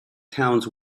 towns